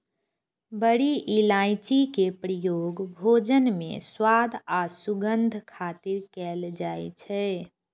बड़ी इलायची के प्रयोग भोजन मे स्वाद आ सुगंध खातिर कैल जाइ छै